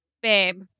babe